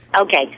Okay